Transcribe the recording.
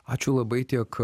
ačiū labai tiek